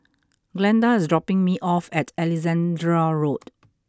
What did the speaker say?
Glenda is dropping me off at Alexandra Road